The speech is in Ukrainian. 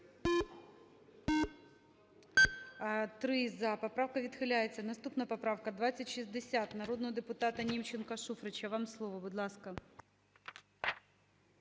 За-3 Поправка відхиляється. Наступна поправка – 2060, народного депутата Німченка, Шуфрича. Вам слово, будь ласка.